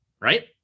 Right